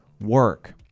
work